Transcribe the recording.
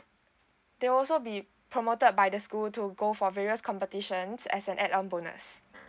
they'll also be promoted by the school to go for various competitions as an add on bonus